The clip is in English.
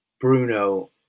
Bruno